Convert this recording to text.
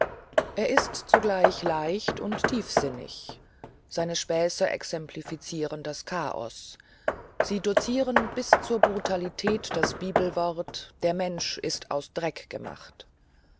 er ist zugleich leicht und tiefsinnig seine späße exemplifizieren das chaos sie dozieren bis zur brutalität das bibelwort der mensch ist aus dreck gemacht